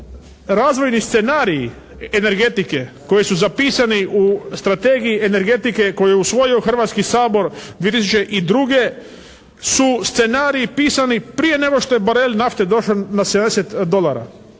razvojni scenariji energetike koji su zapisani u Strategiji energetike koju je usvojio Hrvatski sabor 2002. su scenarij pisani prije nego što je barel nafte došao na 70 dolara.